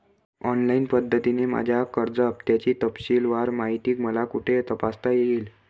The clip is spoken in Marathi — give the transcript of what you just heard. ऑनलाईन पद्धतीने माझ्या कर्ज हफ्त्याची तपशीलवार माहिती मला कुठे तपासता येईल?